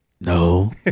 No